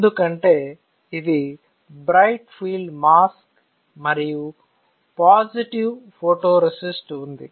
ఎందుకంటే ఇది bright field mask మరియు పాజిటివ్ ఫోటోరేసిస్ట్ ఉంది